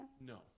No